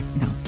No